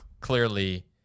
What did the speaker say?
clearly